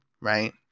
right